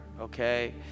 okay